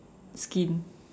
skin